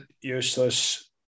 useless